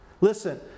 Listen